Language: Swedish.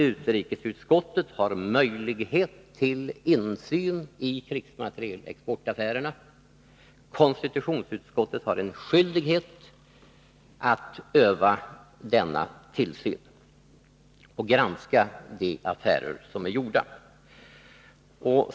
Utrikesutskottet har möjlighet till insyn i krigsmaterielexportaffärerna, och konstitutionsutskottet har skyldighet att utöva denna tillsyn och granska de affärer som är gjorda.